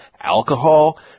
alcohol